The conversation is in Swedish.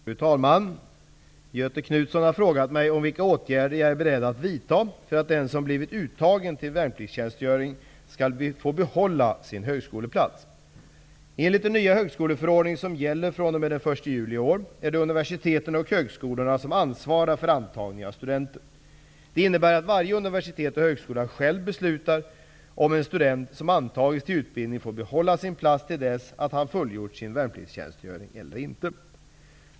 Fru talman! Göthe Knutson har frågat mig om vilka åtgärder jag är beredd att vidta för att den som blivit uttagen till värnpliktstjänstgöring skall få behålla sin högskoleplats. Enligt den nya högskoleförordning som gäller fr.o.m. den 1 juli 1993 är det universiteten och högskolorna som ansvarar för antagning av studenter. Det innebär att varje universitet och högskola själv beslutar om en student som antagits till utbildning får behålla sin plats till dess att han fullgjort sin värnpliktstjänstgöring eller ej.